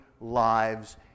lives